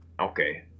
Okay